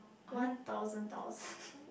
one thousand dollars